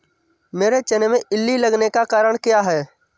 मेरे चने में इल्ली लगने का कारण क्या है?